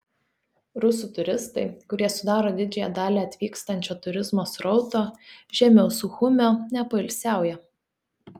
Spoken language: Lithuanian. rusų turistai kurie sudaro didžiąją dalį atvykstančio turizmo srauto žemiau suchumio nepoilsiauja